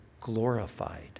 glorified